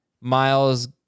Miles